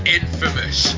infamous